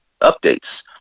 updates